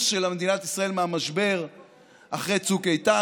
של מדינת ישראל מהמשבר אחרי צוק איתן.